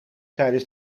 tijdens